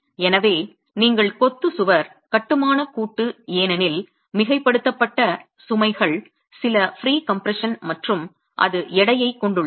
எனவே நீங்கள் கொத்து சுவர் கட்டுமான கூட்டு ஏனெனில் மிகைப்படுத்தப்பட்ட சுமைகள் சில ப்ரீகம்ப்ரஷன் மற்றும் அது எடையைக் கொண்டுள்ளது